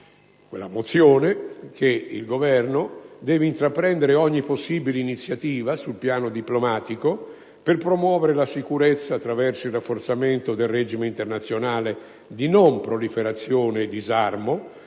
impegna quindi il Governo ad intraprendere ogni possibile iniziativa sul piano diplomatico per promuovere la sicurezza attraverso il rafforzamento del regime internazionale di non proliferazione e disarmo,